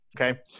Okay